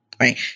right